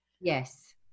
Yes